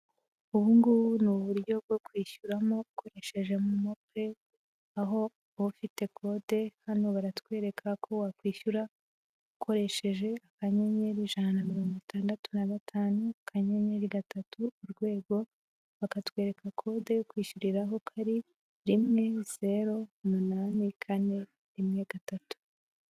Ubu ngubu ni uburyo bwo kwishyuramo ukoresheje momopeyi, aho uba ufite kode, hano baratwereka uko wakwishyura ukoresheje akanyeri ijana na mirongo itandatu na gatanu kanyenyeri gatatu urwego bakatwereka kode yo kwishyuriraho kari rimwe zero umunani kane rimwe gatatu.